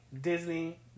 Disney